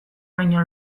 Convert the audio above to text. baino